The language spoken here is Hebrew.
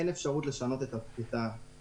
אין אפשרות לשנות את התאריך,